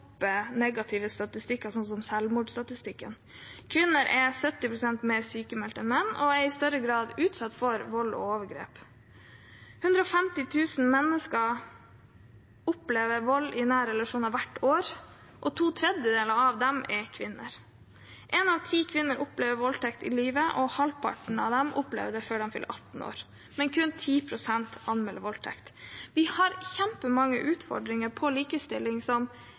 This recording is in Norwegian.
negative statistikker, som selvmordsstatistikken. Kvinner er 70 pst. mer sykmeldt enn menn og er i større grad utsatt for vold og overgrep. 150 000 mennesker opplever vold i nære relasjoner hvert år, og to tredjedeler av dem er kvinner. Én av ti kvinner opplever voldtekt i løpet av livet, og halvparten av dem opplever det før de fyller 18 år, men kun 10 pst. anmelder voldtekt. Vi har kjempemange utfordringer innen likestilling